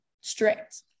strict